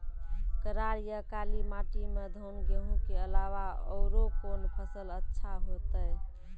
करार या काली माटी म धान, गेहूँ के अलावा औरो कोन फसल अचछा होतै?